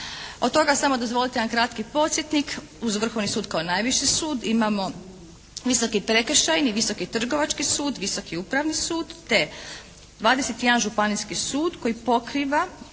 Od toga samo dozvolite jedan kratki podsjetnik uz Vrhovni sud kao najviši sud imamo Visoki prekršajni, Visoki trgovački sud, Visoki upravni sud te 21 županijski sud koji pokriva